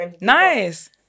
Nice